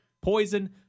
Poison